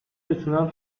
بتونم